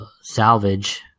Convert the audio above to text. salvage